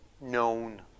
known